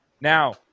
now